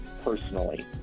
personally